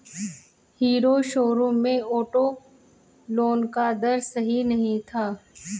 hero showroom में auto loan का दर सही नहीं था